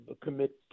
commit